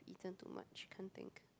I have eaten too much can't think